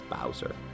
Bowser